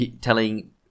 telling